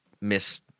miss